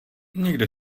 nikdo